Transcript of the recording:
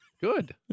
Good